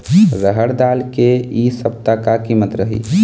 रहड़ दाल के इ सप्ता का कीमत रही?